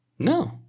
No